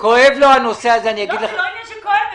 כואב לו הנושא הזה --- זה לא עניין של כואב,